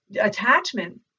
attachment